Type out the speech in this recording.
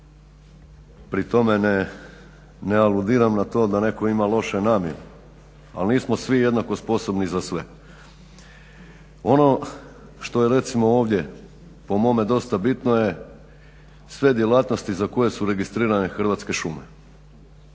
Pri tome ne aludiram na to da neko ima loše namjere ali nismo svi jednako sposobni za sve. Ono što je recimo ovdje po mome dosta bitno je sve djelatnosti za koje su registrirane Hrvatske šume.